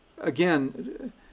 again